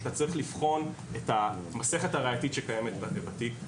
אתה צריך לבחון את המסכת הראייתית שקיימת בתיק,